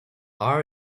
our